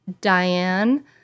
Diane